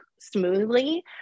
smoothly